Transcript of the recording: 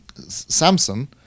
Samsung